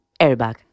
Airbag